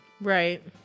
Right